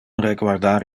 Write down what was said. reguardar